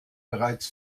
bereits